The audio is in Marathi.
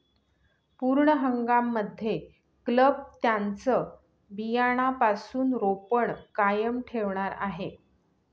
पूर्ण हंगाम मध्ये क्लब त्यांचं बियाण्यापासून रोपण कायम ठेवणार आहे